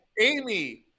Amy